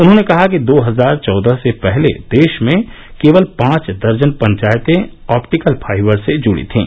उन्होंने कहा कि दो हजार चौदह से पहले देश में केवल पांच दर्जन पंचायतें ऑप्टिकल फाइबर से जुड़ी थीं